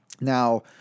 Now